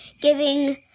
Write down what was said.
giving